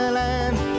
land